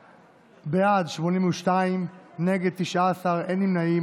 בעד, 82, נגד, 19, אין נמנעים.